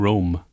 Rome